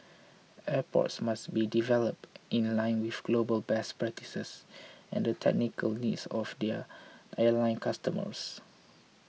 airports must be developed in line with global best practices and the technical needs of their airline customers